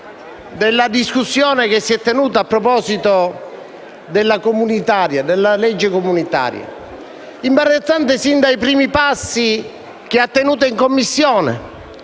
la discussione che si è tenuta a proposito della legge comunitaria; è stata imbarazzante sin dai primi passi che ha mosso in Commissione,